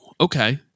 okay